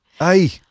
Aye